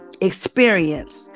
experience